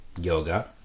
yoga